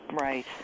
right